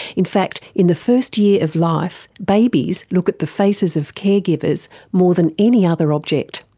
in fact in the first year of life, babies look at the faces of caregivers more than any other object.